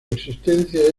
existencia